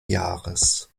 jahres